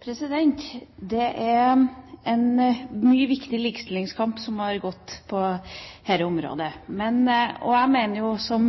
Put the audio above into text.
arbeidslivet. Det er en mye viktigere likestillingskamp som har gått på dette området. Jeg mener som